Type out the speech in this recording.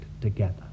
together